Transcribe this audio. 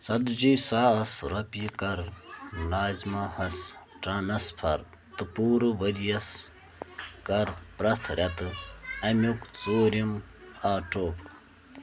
ژَتجی ساس رۄپیہِ کَر ناظِمہ ہَس ٹرٛانسفَر تہٕ پوٗرٕ ؤریَس کَر پرٛٮ۪تھ رٮ۪تہٕ اَمیُک ژوٗرِم آٹو